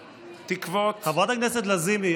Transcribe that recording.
חברת הכנסת לזימי,